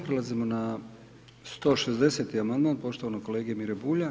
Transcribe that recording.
Prelazimo na 160. amandman poštovanog kolege Mire Bulja.